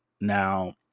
Now